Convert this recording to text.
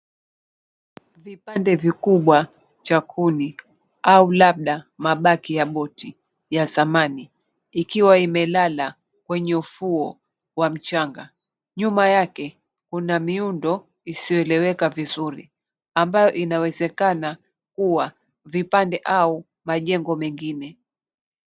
Vipande vikubwa cha kuni au labda mabaki ya boti ya zamani, ikiwa imelala kwenye ufuo wa mchanga. Nyuma yake kuna miundo isiyoeleweka vizuri, ambayo inawezekana kuwa vipande au majengo mengine.